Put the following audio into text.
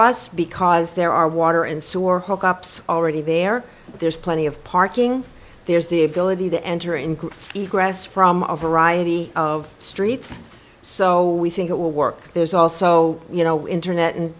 us because there are water and sewer hookups already there there's plenty of parking there's the ability to enter into a grass from a variety of streets so we think it will work there's also you know internet and